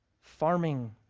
farming